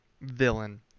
villain